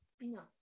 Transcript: No